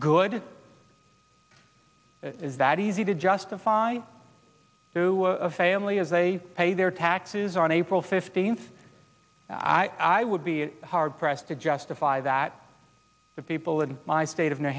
good is that easy to justify to a family as they pay their taxes on april fifteenth i would be hard pressed to justify that of people in my state of new